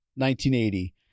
1980